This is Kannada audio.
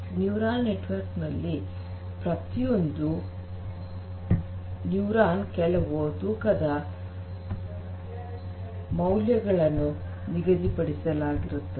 ನ್ಯೂರಲ್ ನೆಟ್ವರ್ಕ್ ನಲ್ಲಿ ಪ್ರತಿಯೊಂದು ನ್ಯೂರಾನ್ ಕೆಲವು ತೂಕದ ಮೌಲ್ಯವನ್ನು ನಿಗಧಿಪಡಿಸಲಾಗಿರುತ್ತದೆ